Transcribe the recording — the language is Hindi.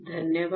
धन्यवाद